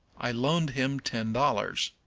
i loaned him ten dollars.